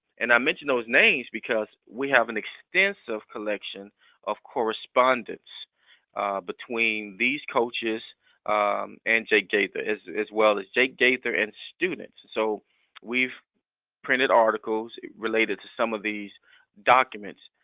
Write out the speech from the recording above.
and i mention those names because we have an extensive collection of correspondence between these coaches and jake gaither, as well as jake gaither and students. so we've printed articles related to some of these documents,